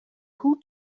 who